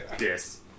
yes